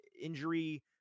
injury